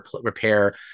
repair